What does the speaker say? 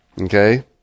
okay